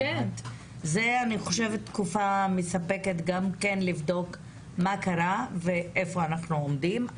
וזו תקופה מספקת לבדוק מה קרה ואיפה אנחנו עומדים.